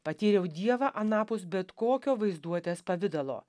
patyriau dievą anapus bet kokio vaizduotės pavidalo